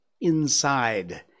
inside